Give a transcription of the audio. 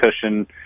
cushion